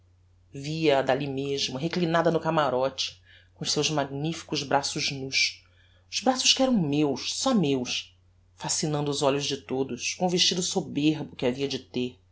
via-a d'alli mesmo reclinada no camarote com os seus magnificos braços nús os braços que eram meus só meus fascinando os olhos de todos com o vestido soberbo que havia de ter